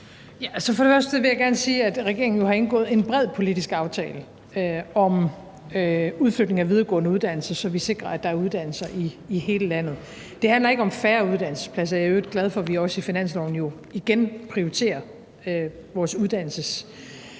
Først vil jeg gerne sige, at regeringen jo har indgået en bred politisk aftale om udflytning af videregående uddannelser, så vi sikrer, at der er uddannelser i hele landet. Det handler ikke om færre uddannelsespladser. Jeg er i øvrigt glad for, at vi også i finansloven igen prioriterer vores uddannelsesverden,